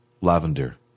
Lavender